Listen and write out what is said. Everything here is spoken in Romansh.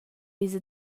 esa